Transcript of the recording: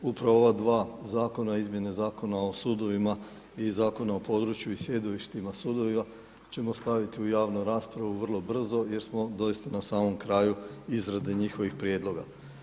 Upravo ova dva zakona o izmjeni Zakona o sudovima i Zakona o području i sjedištima sudova ćemo staviti u javnu raspravu vrlo brzo jer smo doista na samom kraju izrade njihovih prijedloga.